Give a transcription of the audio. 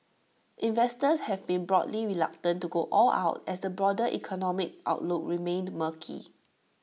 investors have been broadly reluctant to go all out as the broader economic outlook remained murky